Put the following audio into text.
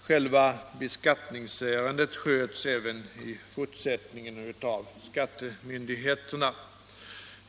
Själva beskattningsärendet sköts även i fortsättningen av skattemyndigheterna.